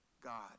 God